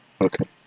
Okay